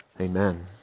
Amen